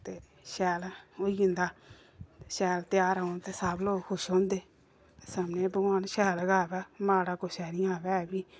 ते शैल होई जंदा शैल ध्यार औन ते सब लोग खुश होंदे सभनें ई भगवान शैल गै आवै माड़ा कुसै ई निं आवै ऐ बी